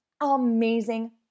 amazing